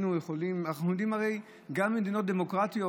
אנחנו הרי יודעים שגם במדינות דמוקרטיות